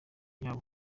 yabo